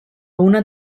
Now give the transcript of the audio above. una